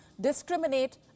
discriminate